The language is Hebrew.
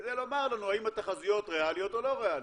כדי לומר לנו האם התחזיות ריאליות או לא ריאליות.